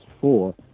four